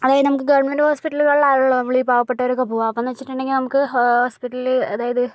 അതായത് നമുക്ക് ഈ ഗവൺമെൻറ്റ് ഹോസ്പിറ്റലുകളിൽ ആണല്ലോ നമ്മള് ഈ പാവപെട്ടവരൊക്കെ പോകുക അപ്പമെന്ന് വെച്ചിട്ടുണ്ടെങ്കിൽ നമുക്ക് ഹോസ്പിറ്റലിൽ അതായത്